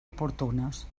oportunes